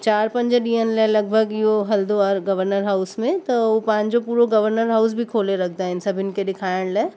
चारि पंज ॾींहनि लाइ लॻभॻि इहो हलंदो आहे गवर्नर हाउस में त हो पंहिंजो पूरो गवर्नर हाउस बि खोले रखदा आहिनि सभिनि खे ॾिखाइण लाइ